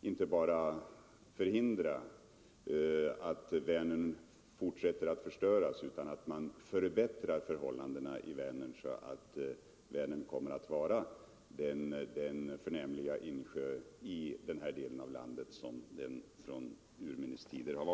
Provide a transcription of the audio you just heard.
att inte bara förhindra Vänerns fortsatta förorening utan också att avsevärt förbättra vattenförhållandena.